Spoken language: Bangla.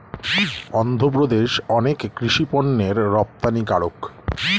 অন্ধ্রপ্রদেশ অনেক কৃষি পণ্যের রপ্তানিকারক